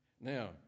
Now